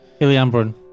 Iliambrun